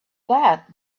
that